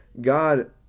God